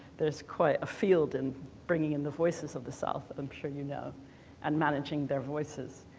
there's quite a field in bringing in the voices of the south, um sure you know and managing their voices.